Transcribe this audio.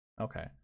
Okay